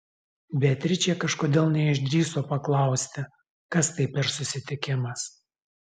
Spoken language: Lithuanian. beatričė kažkodėl neišdrįso paklausti kas tai per susitikimas